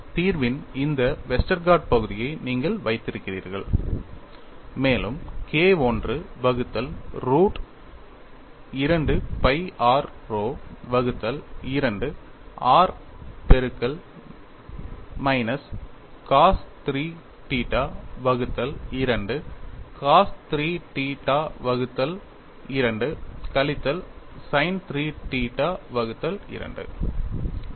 தீர்வின் இந்த வெஸ்டர்கார்ட் பகுதியை நீங்கள் வைத்திருந்தீர்கள் மேலும் K I வகுத்தல் ரூட் 2 pi r rho வகுத்தல் 2 r பெருக்கல் மைனஸ் cos 3 θ வகுத்தல் 2 cos 3 θ வகுத்தல் 2 கழித்தல் sin 3 θ வகுத்தல் 2